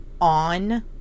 on